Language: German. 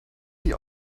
die